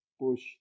push